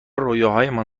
رویاهایمان